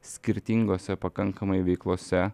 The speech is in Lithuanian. skirtingose pakankamai veiklose